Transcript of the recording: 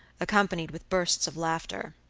accompanied with bursts of laughter.